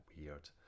weird